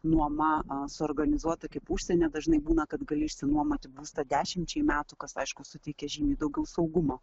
nuoma suorganizuota kaip užsieny dažnai būna kad gali išsinuomoti būstą dešimčiai metų kas aišku suteikia žymiai daugiau saugumo